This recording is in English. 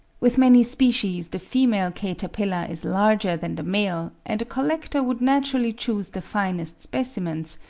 with many species the female caterpillar is larger than the male, and a collector would naturally choose the finest specimens,